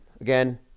Again